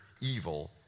evil